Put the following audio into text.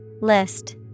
List